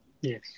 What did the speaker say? Yes